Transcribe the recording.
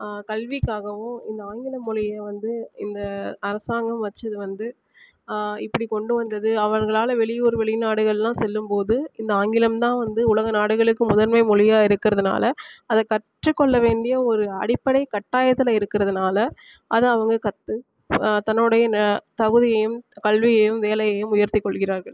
கல்விக்காகவும் இந்த ஆங்கில மொழியை வந்து இந்த அரசாங்கம் வைச்சது வந்து இப்படி கொண்டு வந்தது அவர்களால் வெளியூர் வெளிநாடுகளெலாம் செல்லும்போது இந்த ஆங்கிலம் தான் வந்து உலக நாடுகளுக்கு முதன்மை மொழியாக இருக்கிறதுனால அதை கற்றுக்கொள்ள வேண்டிய ஒரு அடிப்படை கட்டாயத்தில் இருக்கிறதுனால அதை அவங்க கற்று தன்னுடைய ந தகுதியையும் கல்வியையும் வேலையையும் உயர்த்தி கொள்கிறார்கள்